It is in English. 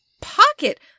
pocket